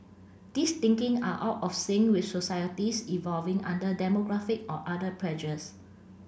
these thinking are out of sync with societies evolving under demographic or other pressures